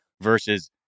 versus